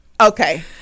Okay